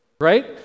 right